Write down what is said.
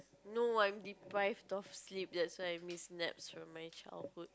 no I'm deprived of sleep that's why I miss naps from my childhood